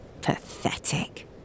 pathetic